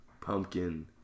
Pumpkin